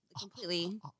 completely